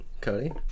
Cody